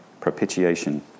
Propitiation